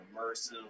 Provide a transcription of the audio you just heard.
immersive